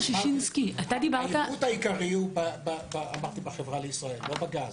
--- העיקרי הוא בחברה לישראל, לא בגז.